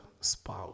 spouse